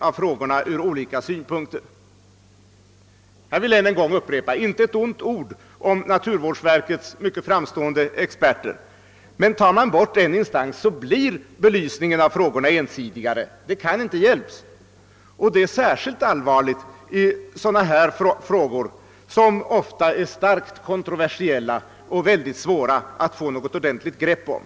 Jag vill än en gång upprepa att jag inte vill säga ett ont ord om naturvårdsverkets mycket framstående experter. Men tar man bort en instans blir belysningen av frågorna mera ensidig, det kan man inte undgå. Detta är särskilt allvarligt i naturvårdsfrågor som ofta är starkt kontroversiella och svåra att få ett ordentligt grepp om.